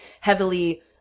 heavily